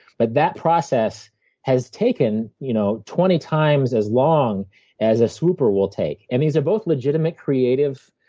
but that process has taken you know twenty times as long as a swooper will take, and means they're both legitimate creative